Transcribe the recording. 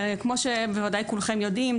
כמו שבוודאי כולכם יודעים,